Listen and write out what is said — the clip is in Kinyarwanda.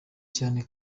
cyane